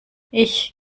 ich